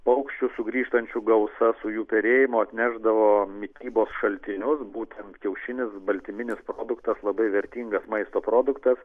paukščių sugrįžtančių gausa su jų perėjimu atnešdavo mitybos šaltinius būtent kiaušinis baltyminis produktas labai vertingas maisto produktas